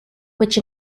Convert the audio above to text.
which